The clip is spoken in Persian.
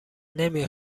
نمی